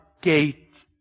gate